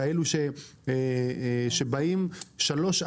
כאלה שבאים 3,